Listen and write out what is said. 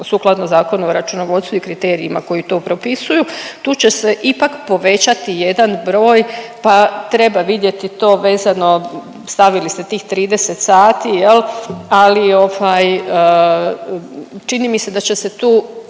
sukladno Zakonu o računovodstvu i kriterijima koji to propisuju, tu će se ipak povećati jedan broj pa treba vidjeti to vezano, stavili ste tih 30 sati jel, ali ovaj, čini mi se da će se tu